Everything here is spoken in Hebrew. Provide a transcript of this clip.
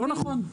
לא נכון.